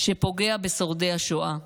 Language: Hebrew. שפוגע בשורדי השואה,